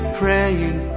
praying